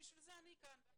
בשביל זה אני כאן.